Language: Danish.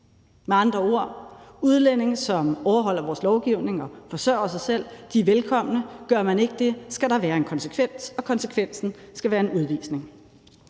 Med andre ord er udlændinge, som overholder vores lovgivning og forsørger sig selv, velkomne, men gør man ikke det, skal der være en konsekvens, og konsekvensen skal være en udvisning.